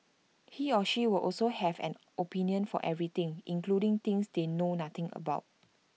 he or she will also have an opinion for everything including things they know nothing about